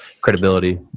credibility